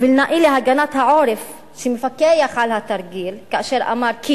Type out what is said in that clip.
ומנהל הגנת העורף שמפקח על התרגיל כאשר אמר כי